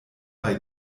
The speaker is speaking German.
bei